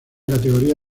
categoría